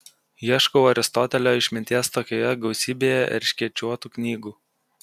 ieškau aristotelio išminties tokioje gausybėje erškėčiuotų knygų